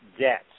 debt